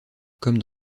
comme